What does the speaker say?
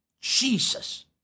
Jesus